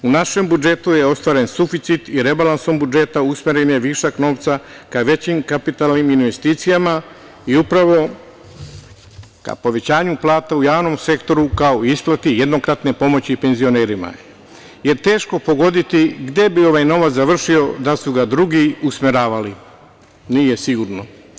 U našem budžetu je ostvaren suficit i rebalansom budžeta usmeren je višak novca ka većim kapitalnim investicijama i upravo ka povećanju plata u javnom sektoru, kao i isplati jednokratne pomoći penzionerima je teško pogoditi gde bi ovaj novac završio da su ga drugi usmeravali, nije sigurno.